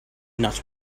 nuts